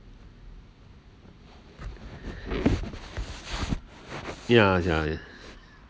ya ya